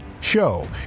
show